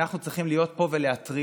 אנחנו צריכים להיות פה ולהתריע: